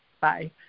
Bye